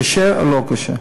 קשה או לא קשה.